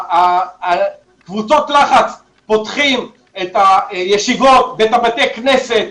שקבוצות לחץ פותחים את הישיבות ואת בתי הכנסת,